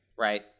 right